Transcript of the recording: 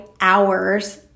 hours